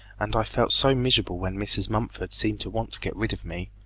and i felt so miserable when mrs. mumford seemed to want to get rid of me.